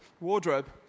Wardrobe